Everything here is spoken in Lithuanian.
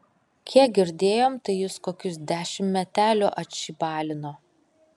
kiek girdėjom tai jis kokius dešimt metelių atšybalino